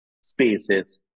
spaces